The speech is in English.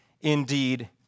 indeed